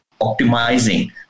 optimizing